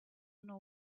know